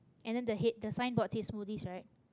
and then the head the signboard says smoothies right